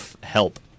help